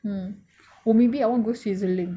mm or maybe I want to go switzerland